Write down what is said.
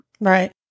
Right